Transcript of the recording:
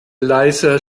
leiser